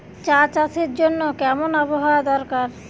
চা চাষের জন্য কেমন আবহাওয়া দরকার?